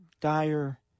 dire